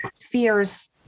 fears